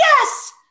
yes